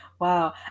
Wow